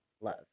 love